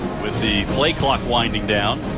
with the play clock winding down.